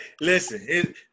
Listen